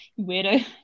weirdo